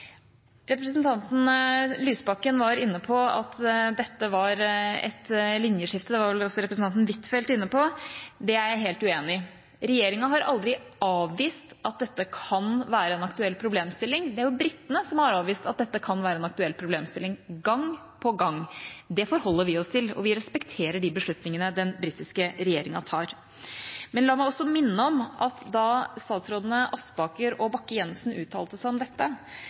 Representanten Lysbakken var inne på at dette var et linjeskifte – det var også representanten Huitfeldt inne på. Det er jeg helt uenig i. Regjeringa har aldri avvist at dette kan være en aktuell problemstilling. Det er britene som har avvist at dette kan være en aktuell problemstilling – gang på gang. Det forholder vi oss til, og vi respekterer de beslutningene den britiske regjeringa tar. Men la meg også minne om at da statsrådene Aspaker og Bakke-Jensen uttalte seg om dette,